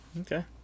okay